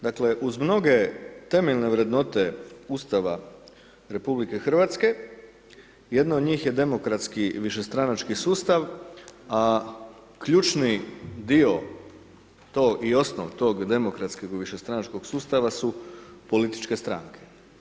Dakle, uz mnoge temeljne vrednote Ustava RH jedna od njih je demokratski višestranački sustav, a ključni dio to i osnovni, tog demokratskog višestranačkog sustava su političke stranke.